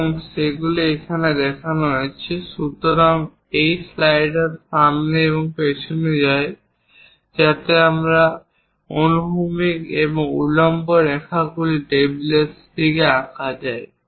এবং সেগুলি এখানে দেখানো হয়েছে। সুতরাং এই স্লাইডার সামনে এবং পিছনে যায় যাতে এই অনুভূমিক উল্লম্ব রেখাগুলি টেবিলের সেই দিকে আঁকা যায়